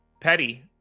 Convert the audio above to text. petty